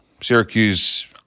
Syracuse